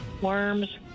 Worms